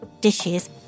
dishes